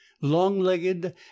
long-legged